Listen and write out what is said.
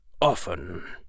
often